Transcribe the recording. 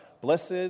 Blessed